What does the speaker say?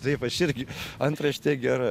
taip aš irgi antraštė gera